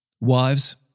Wives